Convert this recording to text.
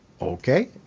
okay